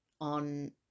on